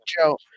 Joe